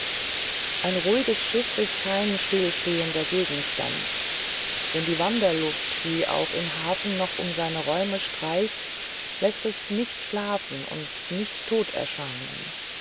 ein ruhiges schiff ist kein stillstehender gegenstand denn die wanderluft die auch im hafen noch um seine räume streicht läßt es nicht schlafend und nicht tot erscheinen